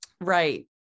right